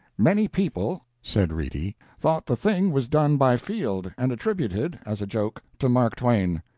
many people, said reedy, thought the thing was done by field and attributed, as a joke, to mark twain.